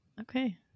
Okay